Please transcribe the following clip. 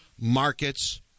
markets